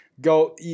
go